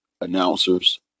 announcers